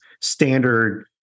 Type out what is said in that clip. standard